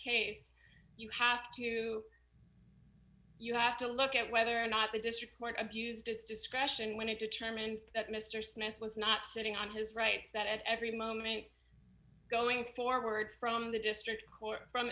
case you have to you have to look at whether or not the district court abused its discretion when it determined that mr smith was not sitting on his right that every moment going forward from the district court from